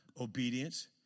Obedience